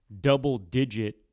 double-digit